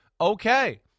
okay